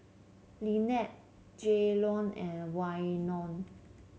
Lynnette Jaylon and Waino